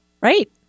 Right